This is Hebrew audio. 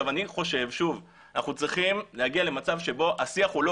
אנחנו צריכים להגיע למצב שבו השיח הוא לא